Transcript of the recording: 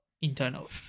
Internal